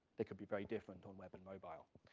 they can be very different on web and mobile.